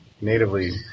natively